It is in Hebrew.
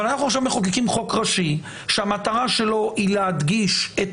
אבל אנחנו עכשיו מחוקקים חוק ראשי שהמטרה שלו היא להדגיש את